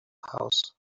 house